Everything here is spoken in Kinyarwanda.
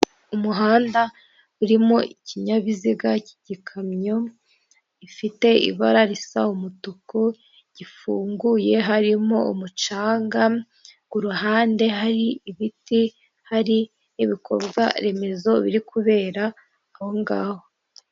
Umuhanda urimo ikinyabiziga cy'igikamyo gifite ibara risa umutuku gifunguye harimo umucanga, ku ruhande hari ibiti hari ibikorwa remezo biri kubera aho ngaho.